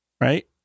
right